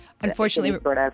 Unfortunately